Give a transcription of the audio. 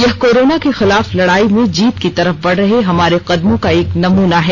यह कोरोना के खिलाफ लड़ाई में जीत की तरफ बढ़ रहे हमारे कदमों का एक नमूना है